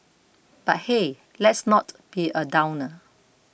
but hey let's not be a downer